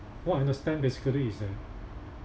what I understand basically is that